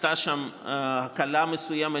הייתה שם הקלה מסוימת,